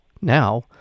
now